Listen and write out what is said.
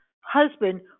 husband